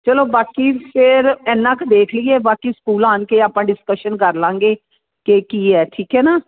ਚਲੋ ਬਾਕੀ ਫਿਰ ਇੰਨਾ ਕੁ ਦੇਖ ਲਈਏ ਬਾਕੀ ਸਕੂਲ ਆਉਣ ਕੇ ਆਪਾਂ ਡਿਸਕਸ਼ਨ ਕਰ ਲਵਾਂਗੇ ਕਿ ਕੀ ਹੈ ਠੀਕ ਹੈ ਨਾ